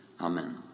amen